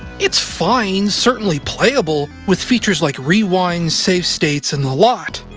it's fine, certainly playable, with features like rewinds, save states, and the lot,